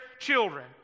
children